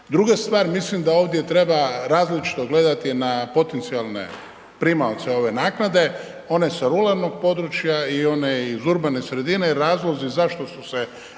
Druga stvar mislim da ovdje treba različito gledati na potencijalne primaoce ove naknade, one sa ruralnog područja i one iz urbane sredine jer razlozi zašto su se